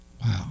Wow